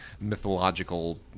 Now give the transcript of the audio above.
mythological